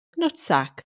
nutsack